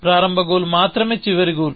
ప్రారంభ గోల్ మాత్రమే చివరి గోల్